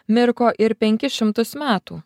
mirko ir penkis šimtus metų